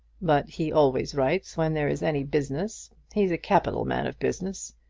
but he always writes when there is any business. he's a capital man of business.